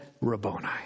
Rabboni